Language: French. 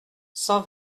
cent